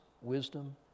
wisdom